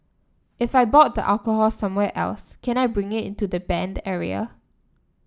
if I bought the alcohol somewhere else can I bring it into the banned area